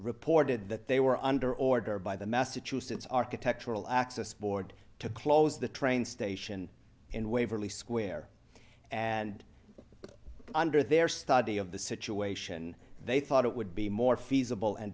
reported that they were under order by the massachusetts architectural access board to close the train station in waverly square and under their study of the situation they thought it would be more feasible and